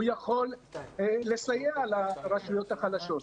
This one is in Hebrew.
הוא יכול לסייע לרשויות החלשות,